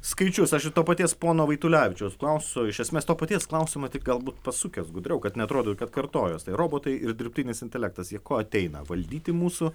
skaičius aš ir to paties pono vaitulevičiaus klausiu o iš esmės to paties klausimo tik galbūt pasukęs gudriau kad neatrodytų kad kartojuosi tai robotai ir dirbtinis intelektas jie ateina valdyti mūsų